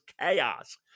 chaos